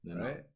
right